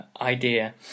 idea